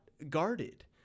guarded